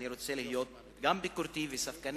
אני רוצה להיות גם ביקורתי וספקן